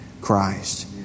Christ